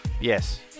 Yes